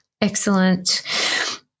Excellent